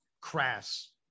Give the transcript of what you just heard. crass